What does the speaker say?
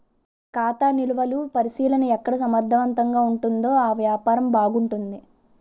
ఖాతా నిలువలు పరిశీలన ఎక్కడ సమర్థవంతంగా ఉంటుందో ఆ వ్యాపారం బాగుంటుంది